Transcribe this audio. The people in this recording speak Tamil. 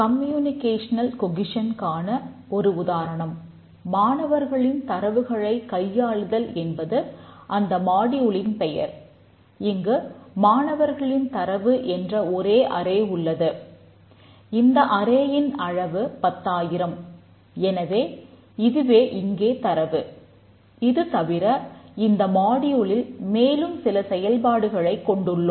கம்யூனிக்கேஷனல் கொகிசன்கான மேலும் சில செயல்பாடுகளைக் கொண்டுள்ளோம்